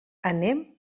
anem